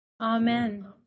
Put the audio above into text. Amen